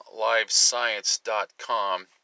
LiveScience.com